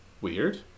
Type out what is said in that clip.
weird